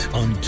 on